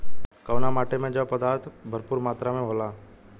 कउना माटी मे जैव पदार्थ भरपूर मात्रा में होला?